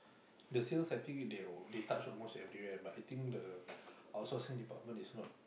the sales I think they will they touch almost everywhere but I think the out sourcing department is not